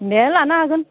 दे लानो हागोन